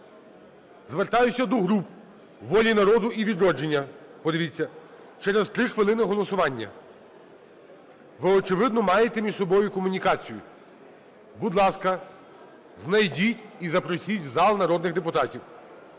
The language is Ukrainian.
звертаюся до груп: "Волі народу" і "Відродження". Подивіться, через три хвилини голосування, ви, очевидно, маєте між собою комунікацію. Будь ласка, знайдіть і запросіть в зал народних депутатів.